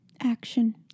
action